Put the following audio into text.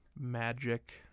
Magic